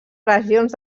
regions